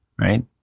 Right